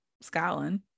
Scotland